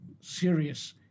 serious